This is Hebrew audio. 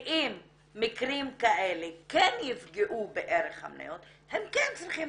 ואם מקרים כאלה כן יפגעו בערך המניות הם כן צריכים